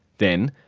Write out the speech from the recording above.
then,